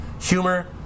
Humor